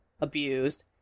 abused